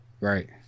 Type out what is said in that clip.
Right